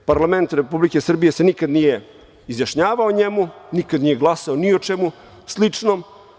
Parlament Republike Srbije se nikad nije izjašnjavao o njemu, nikad nije glasao ni o čemu sličnom.